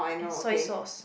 soy sauce